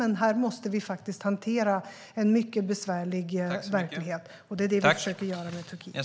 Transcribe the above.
Men här måste vi faktiskt hantera en mycket besvärlig verklighet, och det försöker vi göra när det gäller Turkiet.